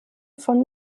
von